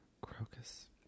Crocus